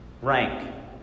rank